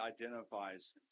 identifies